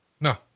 No